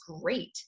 great